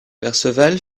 perceval